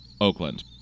Oakland